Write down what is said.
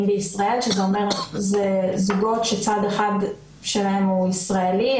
בישראל שזה אומר זוגות שצד אחד שלהם הוא ישראלי,